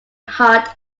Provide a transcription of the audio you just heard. heart